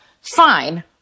Fine